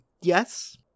yes